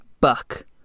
Buck